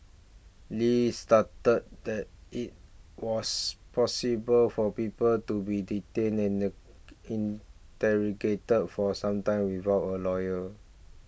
Li started that it was possible for people to be detained and in interrogated for some time without a lawyer